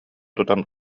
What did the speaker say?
тутан